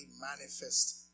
manifest